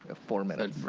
ah four minutes.